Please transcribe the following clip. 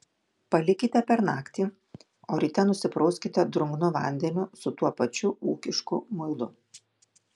palikite per naktį o ryte nusiprauskite drungnu vandeniu su tuo pačiu ūkišku muilu